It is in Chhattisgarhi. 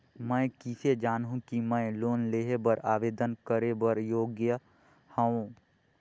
मैं किसे जानहूं कि मैं लोन लेहे बर आवेदन करे बर योग्य हंव?